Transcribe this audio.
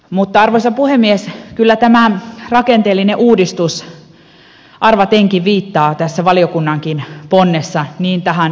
mutta arvoisa puhemies kyllä tämä rakenteellinen uudistus arvatenkin viittaa tässä valiokunnankin ponnessa tähän kiistanalaiseen eläkeikäratkaisuun